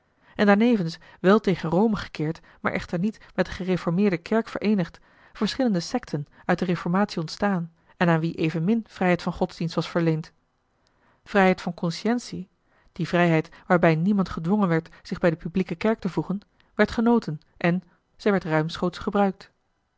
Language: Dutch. en daarnevens wel tegen rome gekeerd maar echter niet met de gereformeerde kerk vereenigd verschillende sekten uit de reformatie ontstaan en aan wie evenmin vrijheid van godsdienst was verleend vrijheid van conscientie die vrijheid waarbij niemand gedwongen werd zich bij de publieke kerk te voegen werd genoten en zij werd ruimschoots gebruikt